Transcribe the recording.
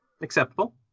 Acceptable